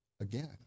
again